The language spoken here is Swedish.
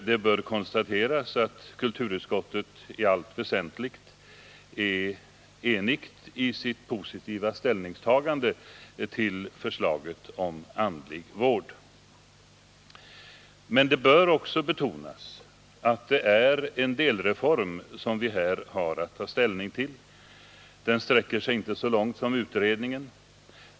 Det bör konstateras att kulturutskottet i allt väsentligt är enigt i sitt positiva ställningstagande till förslaget om andlig vård. Det bör emellertid också betonas att vi här har att ta ställning till en delreform. Den sträcker sig inte så långt som utredningen.